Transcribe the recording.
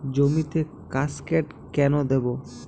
জমিতে কাসকেড কেন দেবো?